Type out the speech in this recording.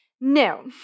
No